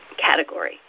category